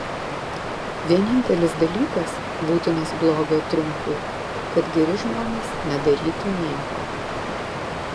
vienintelis dalykas būtinas blogio triumfui kad geri žmonės nedarytų nieko